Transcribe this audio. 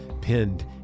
pinned